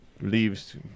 leaves